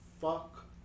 Fuck